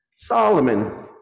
Solomon